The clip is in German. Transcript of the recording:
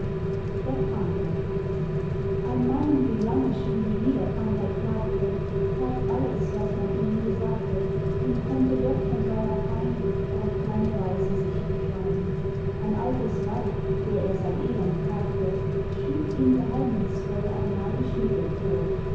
der kranke ein mann den lange schon die gliederkrankheit plagte tat alles was man ihm nur sagte und konnte doch von seiner pein auf keine weise sich befrein ein altes weib der er sein elend klagte schlug ihm geheimnisvoll ein magisch mittel vor